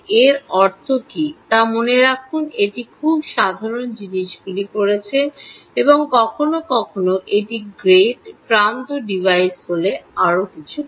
এর অর্থ কী তা মনে রাখুন এটি খুব সাধারণ জিনিসগুলি করেছে এবং কখনও কখনও এটি গেট প্রান্ত ডিভাইস হলে আরও কিছু করে